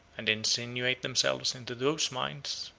and insinuate themselves into those minds,